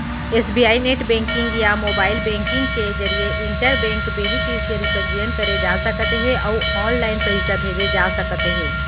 SBI net banking या mobile banking के जरिए इंटर बेंक बेनिफिसियरी पंजीयन करे जा सकत हे अउ ऑनलाइन पइसा भेजे जा सकत हे